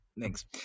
Thanks